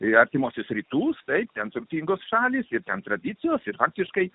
į artimuosius rytus tai ten turtingos šalys ir ten tradicijos ir afrikai